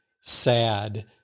sad